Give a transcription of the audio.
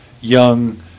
Young